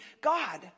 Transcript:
God